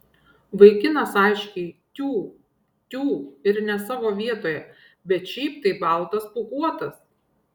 vaikinas aiškiai tiū tiū ir ne savo vietoje bet šiaip tai baltas pūkuotas